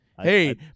Hey